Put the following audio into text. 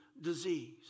disease